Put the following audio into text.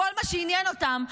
כל מה שעניין אותם,